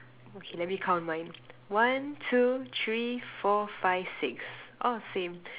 okay let me count mine one two three four five six oh same